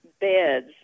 beds